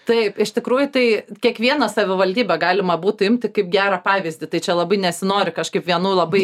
taip iš tikrųjų tai kiekvieną savivaldybę galima būtų imti kaip gerą pavyzdį tai čia labai nesinori kažkaip vienų labai